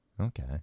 Okay